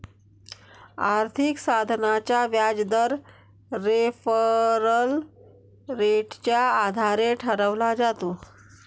आर्थिक साधनाचा व्याजदर रेफरल रेटच्या आधारे ठरवला जातो